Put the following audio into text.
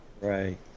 Right